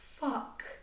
Fuck